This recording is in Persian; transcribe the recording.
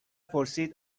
پرسید